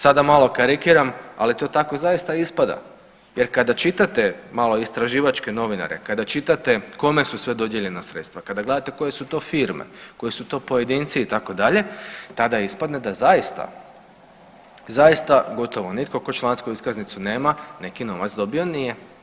Sada malo karikiram, ali to tako zaista ispada jer kada čitate malo istraživačke novinare, kada čitate kome su sve dodijeljena sredstava, kada gledate koje su to firme, koji su pojedinci itd., tada ispadne da zaista, zaista gotovo nitko tko člansku iskaznicu nema neko novac dobio nije.